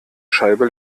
scheibe